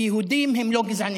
יהודים הם לא גזענים.